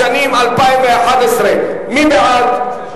לשנים 2011 2012. מי בעד?